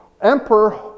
Emperor